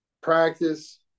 Practice